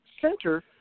center